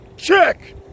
Check